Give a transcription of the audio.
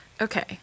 Okay